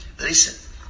Listen